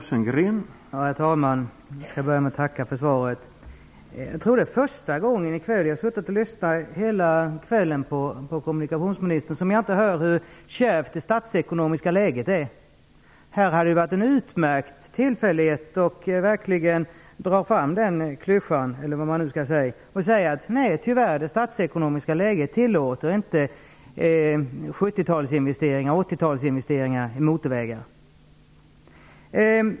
Herr talman! Jag börjar med att tacka för svaret. Jag har suttit och lyssnat på kommunikationsministern hela kvällen. Jag tror att det är första gången som jag inte hör hur kärvt det statsekonomiska läget är. Det här hade varit ett utmärkt tillfälle att verkligen dra fram den klyschan, eller vad man nu skall kalla det, och säga: Nej, tyvärr, det statsekonomiska läget tillåter inte 70 och 80-talsinvesteringar i motorvägar.